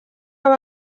aba